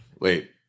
Wait